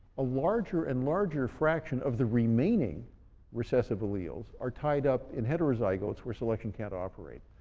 a larger and larger fraction of the remaining recessive alleles are tied up in heterozygotes, where selection can't operate.